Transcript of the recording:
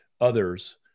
others